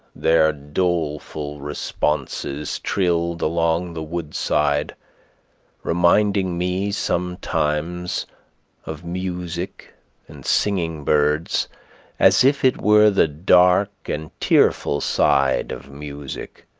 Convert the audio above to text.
their doleful responses, trilled along the woodside reminding me sometimes of music and singing birds as if it were the dark and tearful side of music,